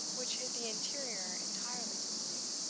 which hid the interior entirely from view.